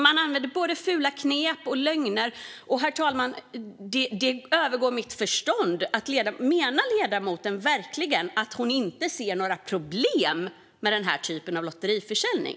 Man använder både fula knep och lögner. Menar ledamoten verkligen att hon inte ser några problem med denna typ av lotteriförsäljning?